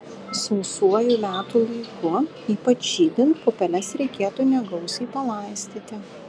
sausuoju metų laiku ypač žydint pupeles reikėtų negausiai palaistyti